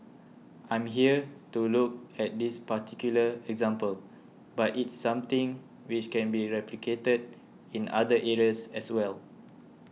I'm here to look at this particular example but it's something which can be replicated in other areas as well